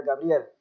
Gabriel